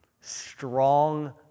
Strong